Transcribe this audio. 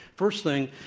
first thing,